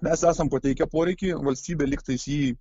mes esam pateikę poreikį valstybė lygtais jį